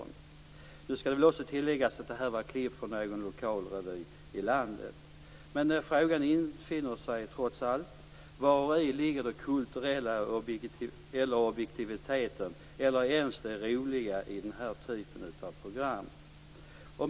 Nu skall också tilläggas att det här var en lokalrevy någonstans i landet. Men frågan infinner sig trots allt: Vari ligger det kulturella eller ens det roliga i den här typen av program?